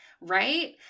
Right